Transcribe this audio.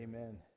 Amen